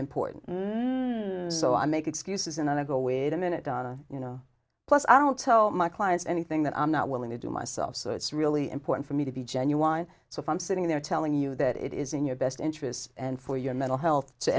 important so i make excuses and i go wait a minute donna you know plus i don't tell my clients anything that i'm not willing to do myself so it's really important for me to be genuine so if i'm sitting there telling you that it is in your best interests and for your mental health to